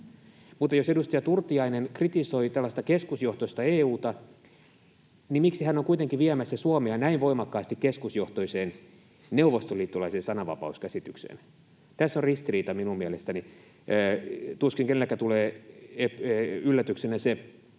Mutta jos edustaja Turtiainen kritisoi tällaista keskusjohtoista EU:ta, niin miksi hän on kuitenkin viemässä Suomea näin voimakkaasti keskusjohtoiseen neuvostoliittolaiseen sananvapauskäsitykseen? Tässä on ristiriita minun mielestäni. Tuskin kenellekään tulee yllätyksenä se,